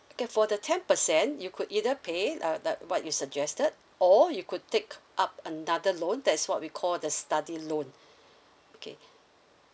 okay for the ten percent you could either pay uh like what you suggested or you could take up another loan that is what we call the study loan okay